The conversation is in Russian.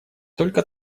только